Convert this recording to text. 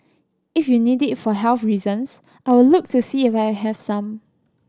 if you need it for health reasons I will look to see if I have some